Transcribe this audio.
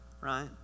right